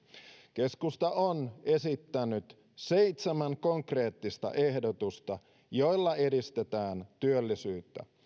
keskusta on esittänyt seitsemän konkreettista ehdotusta joilla edistetään työllisyyttä